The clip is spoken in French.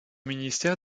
ministère